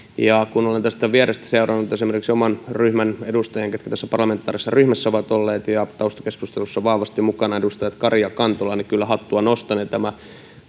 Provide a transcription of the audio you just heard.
kun olen tästä vierestä seurannut esimerkiksi oman ryhmäni edustajia ketkä tässä parlamentaarisessa ryhmässä ja taustakeskustelussa ovat olleet vahvasti mukana edustajia kari ja kantola niin kyllä hattua nostan tämä